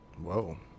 Whoa